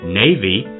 navy